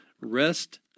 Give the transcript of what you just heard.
rest